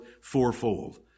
fourfold